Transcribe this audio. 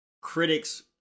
critics